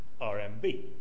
RMB